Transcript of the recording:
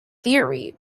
theory